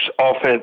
offense